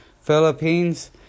Philippines